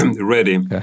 ready